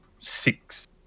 six